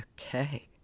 Okay